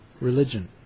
religion